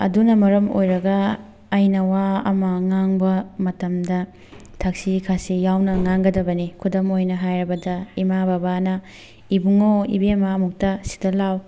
ꯑꯗꯨꯅ ꯃꯔꯝ ꯑꯣꯏꯔꯒ ꯑꯩꯅ ꯋꯥ ꯑꯃ ꯉꯥꯡꯕ ꯃꯇꯝꯗ ꯊꯛꯁꯤ ꯈꯥꯁꯤ ꯌꯥꯎꯅ ꯉꯥꯡꯒꯗꯕꯅꯤ ꯈꯨꯗꯝ ꯑꯣꯏꯅ ꯍꯥꯏꯔꯕꯗ ꯏꯃꯥ ꯕꯕꯥꯅ ꯏꯕꯨꯡꯉꯣ ꯏꯕꯦꯝꯃ ꯑꯃꯨꯛꯇ ꯁꯤꯗ ꯂꯥꯎ